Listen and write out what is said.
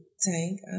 Tank